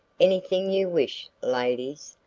anything you wish, ladies?